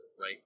right